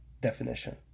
definition